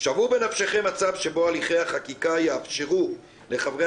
שוו בנפשכם מצב שבו הליכי החקיקה יאפשרו לחברי